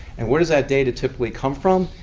and where does that data typically come from?